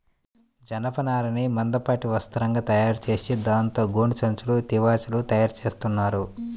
జనపనారని మందపాటి వస్త్రంగా తయారుచేసి దాంతో గోనె సంచులు, తివాచీలు తయారుచేత్తన్నారు